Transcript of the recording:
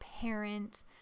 parent